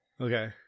Okay